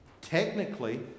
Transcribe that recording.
technically